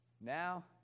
Now